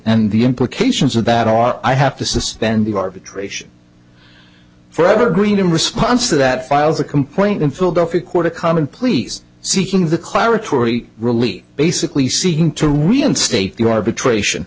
and the implications of that are i have to suspend the arbitration forever green in response to that files a complaint in philadelphia court a common pleas seeking the cleric tory relief basically seeking to reinstate the arbitration